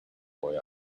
boy